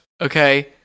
Okay